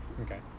Okay